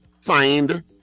find